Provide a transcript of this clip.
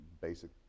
basic